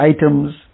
items